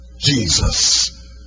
Jesus